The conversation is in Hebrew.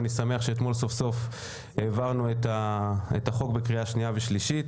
אני שמח שאתמול סוף סוף העברנו את החוק בקריאה שנייה ושלישית.